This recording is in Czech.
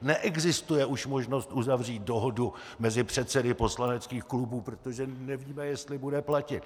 Neexistuje už možnost uzavřít dohodu mezi předsedy poslaneckých klubů, protože my nevíme, jestli bude platit!